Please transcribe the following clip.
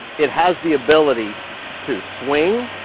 it has the ability to swing